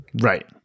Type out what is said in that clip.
Right